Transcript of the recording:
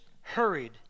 hurried